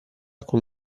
con